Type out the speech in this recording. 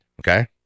Okay